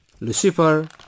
Lucifer